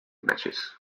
matches